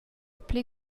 pli